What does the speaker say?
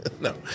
No